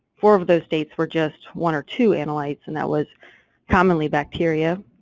four of those states were just one or two analytes, and that was commonly bacteria.